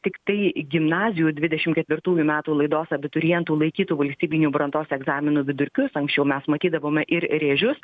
tiktai gimnazijų dvidešimt ketvirtųjų metų laidos abiturientų laikytų valstybinių brandos egzaminų vidurkius anksčiau mes matydavome ir rėžius